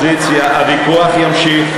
מה שאתם עושים,